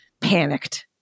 panicked